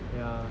so